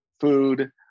food